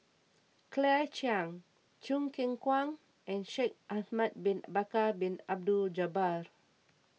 Claire Chiang Choo Keng Kwang and Shaikh Ahmad Bin Bakar Bin Abdullah Jabbar